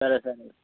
సరే సరే